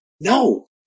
No